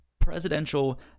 Presidential